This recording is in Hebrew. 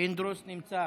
נמצא.